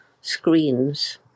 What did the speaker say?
screens